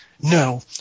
No